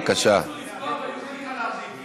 הרומאים שרצו לפגוע, בבקשה.